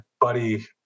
buddy